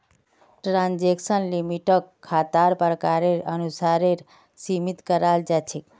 transaction लिमिटक खातार प्रकारेर अनुसारेर सीमित कराल जा छेक